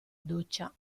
doccia